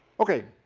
ok.